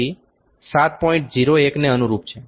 01ને અનુરૂપ છે